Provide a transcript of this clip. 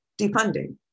defunding